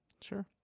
sure